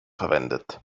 verwendet